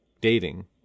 dating